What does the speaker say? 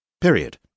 Period